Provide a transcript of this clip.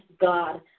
God